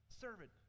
servant